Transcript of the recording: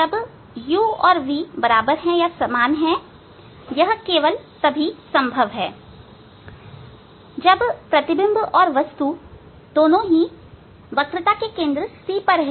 जब u और v समान है यह केवल तभी संभव है जब प्रतिबिंब और वस्तु दोनों वक्रता के केंद्र C पर है